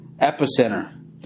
Epicenter